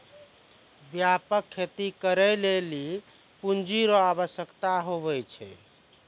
व्यापक खेती करै लेली पूँजी रो आवश्यकता हुवै छै